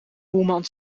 boeman